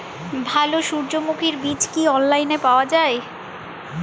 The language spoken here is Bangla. ভালো সূর্যমুখির বীজ কি অনলাইনে পাওয়া যায়?